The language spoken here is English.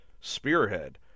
Spearhead